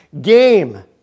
game